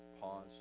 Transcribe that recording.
pause